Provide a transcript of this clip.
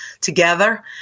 together